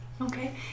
Okay